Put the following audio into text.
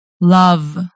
love